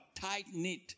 tight-knit